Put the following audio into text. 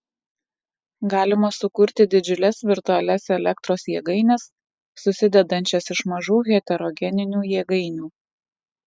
galima sukurti didžiules virtualias elektros jėgaines susidedančias iš mažų heterogeninių jėgainių